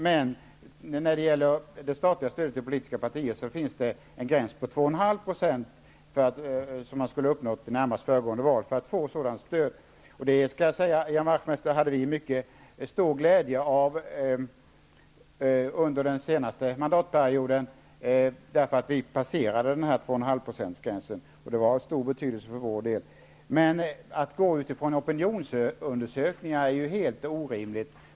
Men för att få del av det statliga stödet till politiska partier gäller att man i närmast föregående val skall ha uppnått 2,5 % av rösterna. Detta, Ian Wachtmeister, hade vi i kds mycket stor glädje av under den senaste mandatperioden, eftersom vi då hade passerat denna gräns. Det var av stor betydelse för vår del. Men att utgå från opinionsundersökningar är däremot helt orimligt.